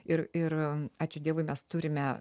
ir ir ačiū dievui mes turime